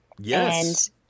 Yes